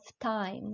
time